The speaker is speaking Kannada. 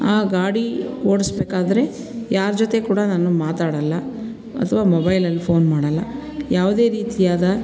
ಆ ಗಾಡಿ ಓಡಿಸ್ಬೇಕಾದ್ರೆ ಯಾರ ಜೊತೆ ಕೂಡ ನಾನು ಮಾತಾಡೋಲ್ಲ ಅಥ್ವಾ ಮೊಬೈಲಲ್ಲಿ ಫೋನ್ ಮಾಡೋಲ್ಲ ಯಾವುದೇ ರೀತಿಯಾದ